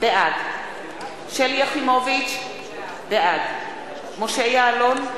בעד שלי יחימוביץ, בעד משה יעלון,